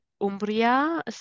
Umbria